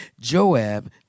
Joab